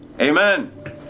Amen